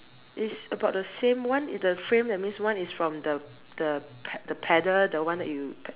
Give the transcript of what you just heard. it's about the same one the frame that means one from the the pe~ the pedal that one that you p~